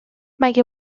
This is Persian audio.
مگه